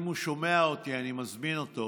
אם הוא שומע אותי, אני מזמין אותו